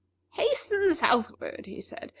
hasten southward, he said,